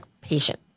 patient